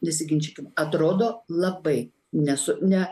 nesiginčykim atrodo labai ne su ne